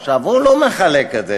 עכשיו, הוא לא מחלק את זה.